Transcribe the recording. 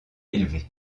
élevé